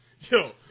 Yo